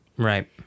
Right